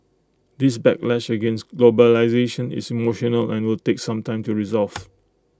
this backlash against globalisation is emotional and will take some time to resolve